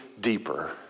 deeper